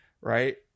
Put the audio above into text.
Right